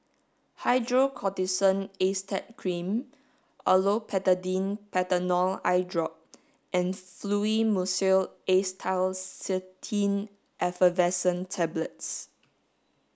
Hydrocortisone Acetate Cream Olopatadine Patanol Eyedrop and Fluimucil Acetylcysteine Effervescent Tablets